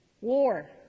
war